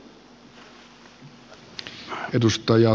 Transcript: arvoisa puhemies